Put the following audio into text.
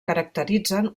caracteritzen